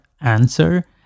answer